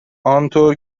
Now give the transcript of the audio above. آنطور